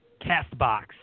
Castbox